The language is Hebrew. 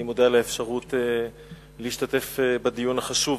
אני מודה על האפשרות להשתתף בדיון החשוב הזה.